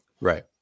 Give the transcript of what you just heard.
right